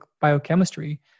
biochemistry